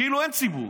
כאילו אין ציבור.